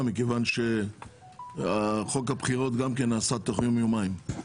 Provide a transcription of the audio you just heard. מכיוון שחוק הבחירות נעשה גם הוא תוך יום-יומיים.